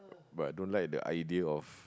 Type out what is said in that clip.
but I don't like the idea of